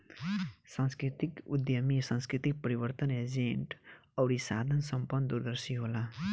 सांस्कृतिक उद्यमी सांस्कृतिक परिवर्तन एजेंट अउरी साधन संपन्न दूरदर्शी होला